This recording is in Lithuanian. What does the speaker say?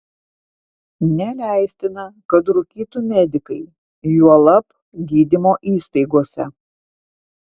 neleistina kad rūkytų medikai juolab gydymo įstaigose